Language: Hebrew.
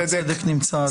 הצדק נמצא.